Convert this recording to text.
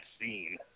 scene